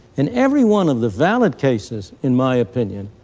and every one of the valid cases, in my opinion,